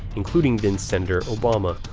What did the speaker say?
including then-senator obama.